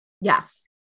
Yes